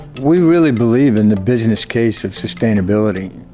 we really believe in the business case of sustainability.